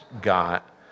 got